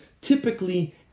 typically